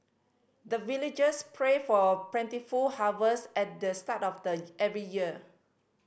the villagers pray for plentiful harvest at the start of the every year